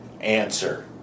answer